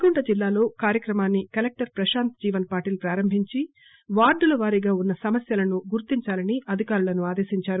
నల్గొండ జిల్లాలో కార్యక్రమాన్ని కలెక్టర్ ప్రశాంత్ జీవన్ పాటిల్ ప్రారంభించి వార్డుల వారీగా ఉన్న సమస్యలను గుర్తిందాలని అధికారులను ఆదేశిందారు